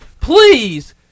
Please